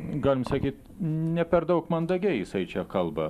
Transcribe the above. galim sakyt ne per daug mandagiai jisai čia kalba